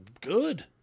good